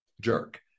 jerk